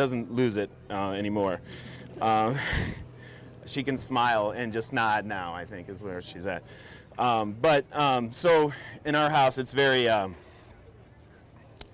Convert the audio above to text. doesn't lose it any more she can smile and just not now i think is where she's at but so in a house it's very